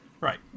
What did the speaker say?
Right